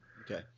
okay